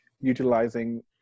utilizing